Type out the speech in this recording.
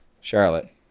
Charlotte